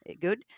good